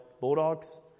Bulldogs